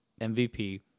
mvp